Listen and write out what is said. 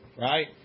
right